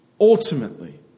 Ultimately